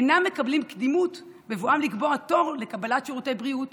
אינם מקבלים קדימות בבואם לקבוע תור לקבלת שירותי בריאות,